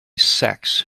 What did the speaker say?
sex